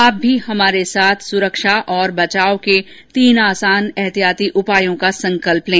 आप भी हमारे साथ सुरक्षा और बचाव के तीन आसान एहतियाती उपायों का संकल्प लें